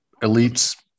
elites